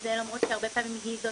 וזה למרות שהרבה פעמים היא זו